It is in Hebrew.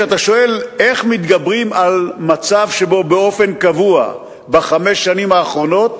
כשאתה שואל איך מתגברים על מצב שבו באופן קבוע בחמש השנים האחרונות